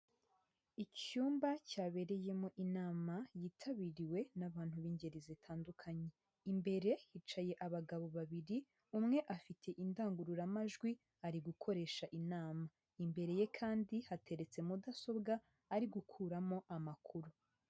Icyumba cyabereyemo inama yitabiriwe n'abantu b'ingeri zitandukanye, imbere hicaye abagabo babiri, umwe afite indangururamajwi ari gukoresha inama, imbere ye kandi hateretse mudasobwa ari gukuramo amakuru.